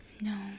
No